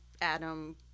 adam